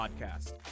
Podcast